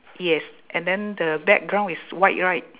yes and then the background is white right